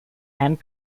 and